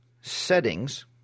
Settings